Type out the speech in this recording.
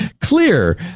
clear